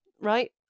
right